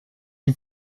had